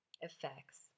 effects